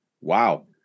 wow